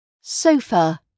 Sofa